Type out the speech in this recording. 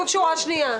כתוב בשורה שנייה.